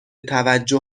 توجه